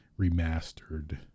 remastered